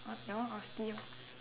what that one obviously [what]